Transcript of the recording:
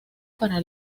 para